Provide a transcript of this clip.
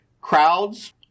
crowds